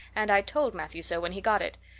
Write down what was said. and i told matthew so when he got it.